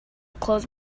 close